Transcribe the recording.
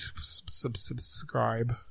subscribe